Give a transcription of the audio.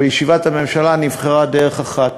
בישיבת הממשלה נבחרה דרך אחת.